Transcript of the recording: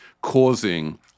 causing